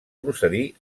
procedir